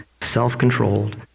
self-controlled